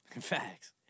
Facts